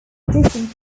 different